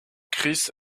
cris